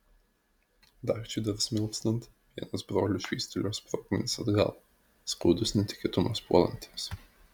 dagčiui dar smilkstant vienas brolių švystelėjo sprogmenis atgal skaudus netikėtumas puolantiems